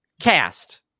cast